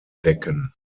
decken